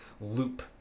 loop